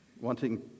wanting